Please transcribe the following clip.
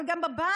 אבל גם בבית?